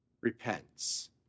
repents